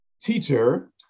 teacher